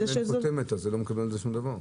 אבל אם אין חותמת, לא מקבלים על זה דבר.